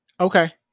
Okay